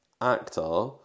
actor